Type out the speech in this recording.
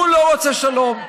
הוא לא רוצה שלום.